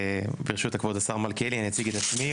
ברשות כבוד השר מלכיאלי אני אציג את עצמי,